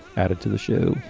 added to the show.